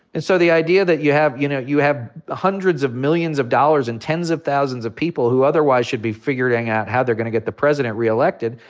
and so the idea that, you you know, you have ah hundreds of millions of dollars and tens of thousands of people who otherwise should be figuring out how they're gonna get the president reelected,